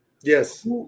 Yes